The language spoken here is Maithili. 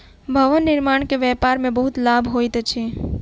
भवन निर्माण के व्यापार में बहुत लाभ होइत अछि